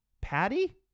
patty